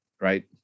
right